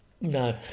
No